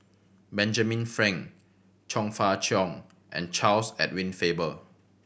Benjamin Frank Chong Fah Cheong and Charles Edward Faber